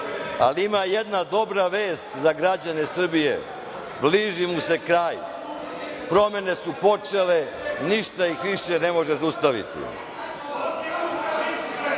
ali ima jedna dobra vest za građane Srbije, bliži mu se kraj. Promene su počele, ništa ih više ne može zaustaviti.27/1